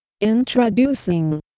Introducing